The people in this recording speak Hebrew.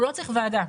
הוא לא צריך ועדה.